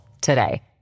today